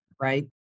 right